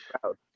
crowd